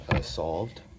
solved